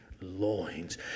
loins